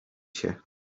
cię